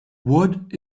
wood